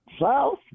South